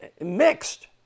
mixed